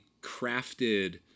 crafted